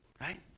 right